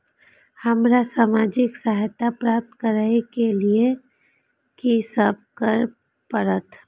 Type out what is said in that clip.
हमरा सामाजिक सहायता प्राप्त करय के लिए की सब करे परतै?